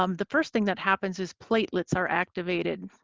um the first thing that happens is platelets are activated.